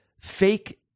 fake